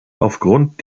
aufgrund